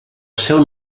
seu